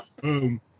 Boom